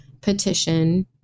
petition